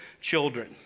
children